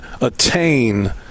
attain